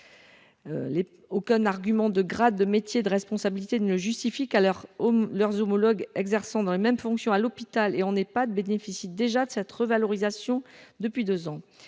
aucun argument de grade de métier de responsabilité ne justifie qu'à leurs homologues exerçant dans les mêmes fonctions à l'hôpital et on n'est pas d'bénéficient déjà de cette revalorisation depuis 2 ans,